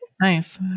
Nice